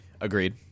Agreed